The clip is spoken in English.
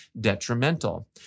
detrimental